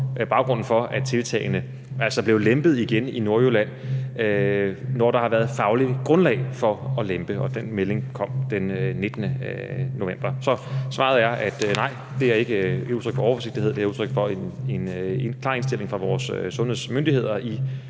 baggrunden for, at tiltagene altså blev lempet igen i Nordjylland, da der blev fagligt grundlag for at lempe, og den melding kom den 19. november. Så svaret er, at nej, det er ikke et udtryk for overforsigtighed. Det er udtryk for en klar indstilling fra vores sundhedsmyndigheder i